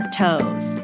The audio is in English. toes